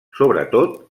sobretot